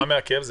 מה מעכב?